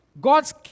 God's